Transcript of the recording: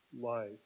life